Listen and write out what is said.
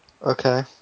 Okay